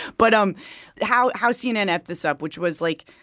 but um how how cnn f'd this up, which was, like,